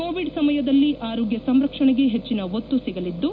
Covid ಸಮಯದಲ್ಲಿ ಆರೋಗ್ಯ ಸಂರಕ್ಷಣೆಗೆ ಹೆಚ್ಚಿನ ಒತ್ತು ಸಿಗಲಿದ್ದು